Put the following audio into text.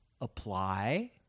apply